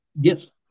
Yes